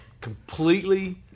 completely